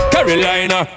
Carolina